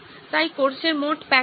তাই কোর্সের মোট প্যাকেজ